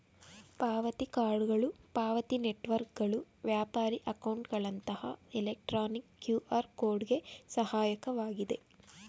ಪಾವತಿ ಕಾರ್ಡ್ಗಳು ಪಾವತಿ ನೆಟ್ವರ್ಕ್ಗಳು ವ್ಯಾಪಾರಿ ಅಕೌಂಟ್ಗಳಂತಹ ಎಲೆಕ್ಟ್ರಾನಿಕ್ ಕ್ಯೂಆರ್ ಕೋಡ್ ಗೆ ಸಹಾಯಕವಾಗಿದೆ